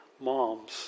Moms